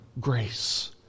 grace